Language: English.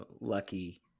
lucky